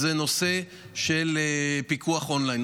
הוא נושא של פיקוח און-ליין,